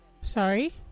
Sorry